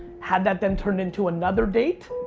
had that been turned into another date,